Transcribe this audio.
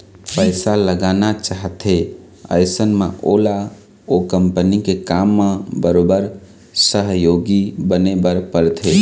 पइसा लगाना चाहथे अइसन म ओला ओ कंपनी के काम म बरोबर सहयोगी बने बर परथे